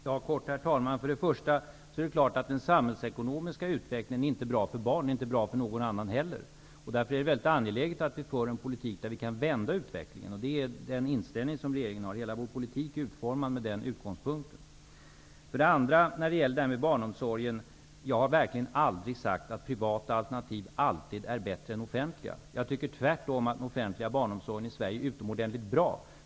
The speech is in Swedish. Herr talman! För det första är det klart att den samhällsekonomiska utvecklingen inte är bra för barnen, och inte heller för någon annan. Därför är det väldigt aneläget att vi för en politik som kan vända utvecklingen. Regeringens hela politik är utformad utifrån den utgångspunkten. För det andra har jag verkligen aldrig sagt att privata alternativ alltid är bättre än offentlig barnomsorg. Tvärtom, den offentliga barnomsorgen i Sverige är utomordentligt bra.